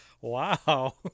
wow